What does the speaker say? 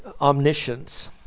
omniscience